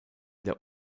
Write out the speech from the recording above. der